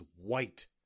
white